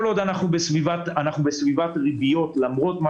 כל עוד אנחנו בסביבת ריביות למרות מה